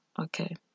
Okay